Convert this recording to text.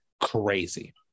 crazy